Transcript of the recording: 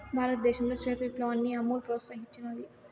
భారతదేశంలో శ్వేత విప్లవాన్ని అమూల్ ప్రోత్సహించినాది